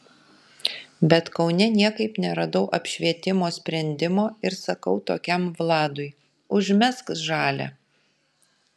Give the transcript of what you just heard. bet kaune niekaip neradau apšvietimo sprendimo ir sakau tokiam vladui užmesk žalią